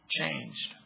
changed